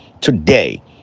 Today